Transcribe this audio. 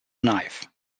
knife